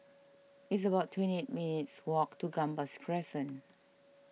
it's about twenty eight minutes' walk to Gambas Crescent